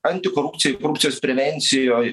antikorupcijai ir korupcijos prevencijoj